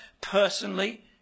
personally